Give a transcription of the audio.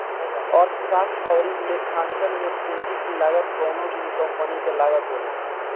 अर्थशास्त्र अउरी लेखांकन में पूंजी की लागत कवनो भी कंपनी के लागत होला